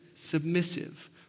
Submissive